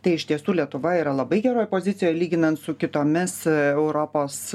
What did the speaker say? tai iš tiesų lietuva yra labai geroj pozicijoj lyginant su kitomis europos